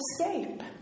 escape